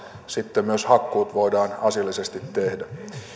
sitten myös hakkuut voidaan asiallisesti tehdä